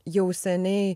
jau seniai